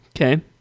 okay